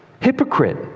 Hypocrite